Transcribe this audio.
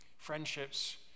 Friendships